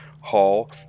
hall